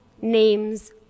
names